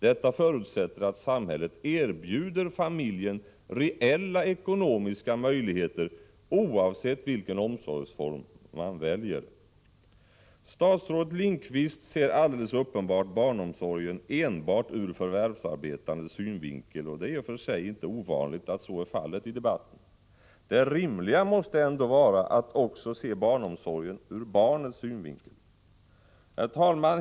Detta förutsätter att samhället erbjuder familjen reella ekonomiska möjligheter oavsett vilken omsorgsform man väljer. Statsrådet Lindqvist ser alldeles uppenbart barnomsorgen enbart ur förvärvsarbetandets synvinkel. Det är i och för sig inte ovanligt att så är fallet idebatten. Det rimliga måste ändå vara att också se barnomsorgen ur barnets synvinkel. Herr talman!